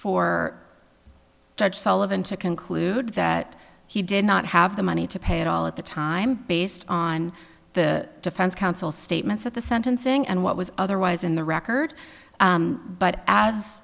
for judge sullivan to conclude that he did not have the money to pay it all at the time based on the defense counsel statements at the sentencing and what was otherwise in the record but as